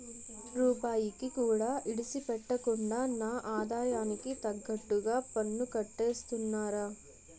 రూపాయికి కూడా ఇడిసిపెట్టకుండా నా ఆదాయానికి తగ్గట్టుగా పన్నుకట్టేస్తున్నారా